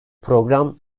program